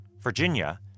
Virginia